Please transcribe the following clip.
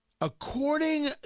According